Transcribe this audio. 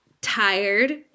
tired